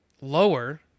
lower